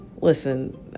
Listen